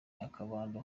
akabando